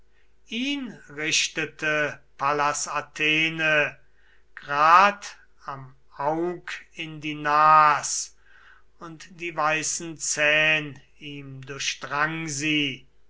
ihn richtete pallas athene grad am aug in die nas und die weißen zähn ihm durchdrang sie